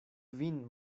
vin